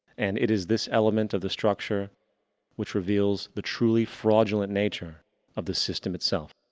and it is this element of the structure which reveals the truly fraudulent nature of the system itself.